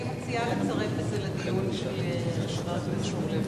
אני מציעה לצרף את זה לדיון של חבר הכנסת אורלב,